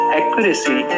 accuracy